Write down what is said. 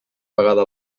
vegada